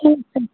ठीक है